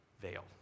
veil